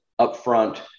upfront